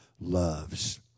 loves